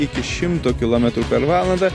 iki šimto kilometrų per valandą